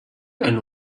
and